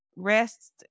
rest